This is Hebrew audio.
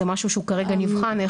זה משהו שהוא כרגע נבחן.